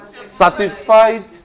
Certified